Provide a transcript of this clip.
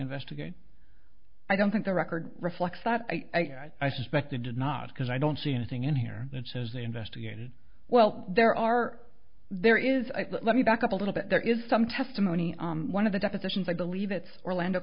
investigate i don't think the record reflects that i i suspect they did not because i don't see anything in here that says they investigated well there are there is let me back up a little bit there is some testimony on one of the depositions i believe it's orlando